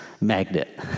magnet